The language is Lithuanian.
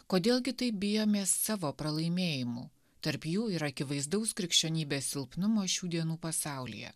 kodėl gi taip bijomės savo pralaimėjimų tarp jų ir akivaizdaus krikščionybės silpnumo šių dienų pasaulyje